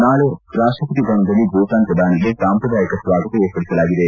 ನಾಳೆ ರಾಷ್ಟಪತಿ ಭವನದಲ್ಲಿ ಭೂತಾನ್ ಪ್ರಧಾನಿಗೆ ಸಾಂಪ್ರದಾಯಿಕ ಸ್ನಾಗತ ಏರ್ಪಡಿಸಲಾಗಿದೆ